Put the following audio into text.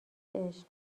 عشق